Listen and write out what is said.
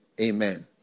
Amen